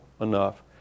enough